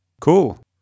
Cool